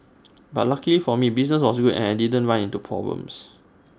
but luckily for me business was good and I didn't run into problems